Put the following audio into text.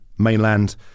mainland